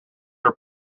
are